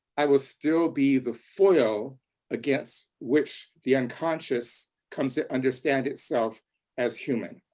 i will still be the foil against which the unconscious comes to understand itself as human.